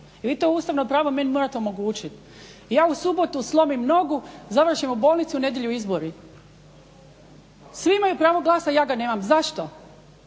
vi to ustavno pravo vi meni morate omogućiti. Ja u subotu slomim nogu, završim u bolnici u nedjelju izbori. Svi imaju pravo glasa ja ga nemam, a